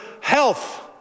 health